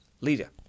leader